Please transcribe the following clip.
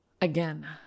Again